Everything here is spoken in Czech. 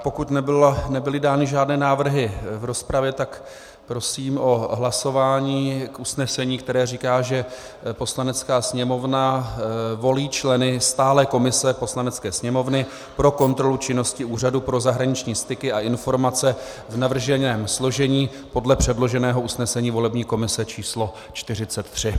Pokud nebyly dány žádné návrhy v rozpravě, tak prosím o hlasování k usnesení, které říká, že Poslanecká sněmovna volí členy stálé komise Poslanecké sněmovny pro kontrolu činnosti Úřadu pro zahraniční styky a informace v navrženém složení podle předloženého usnesení volební komise číslo 43.